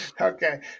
Okay